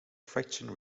fraction